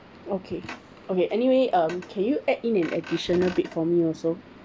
okay okay anyway um can you add in an additional bed for me also